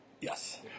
Yes